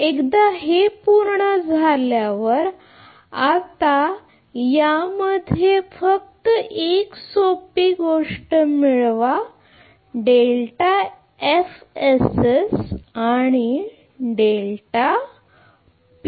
एकदा हे पूर्ण झाल्यावर आणि आता यामध्ये फक्त एक सोपी गोष्ट मिळवाआणि